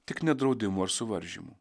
tik ne draudimų ar suvaržymų